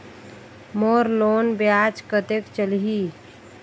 मोर loan ब्याज कतेक चलही?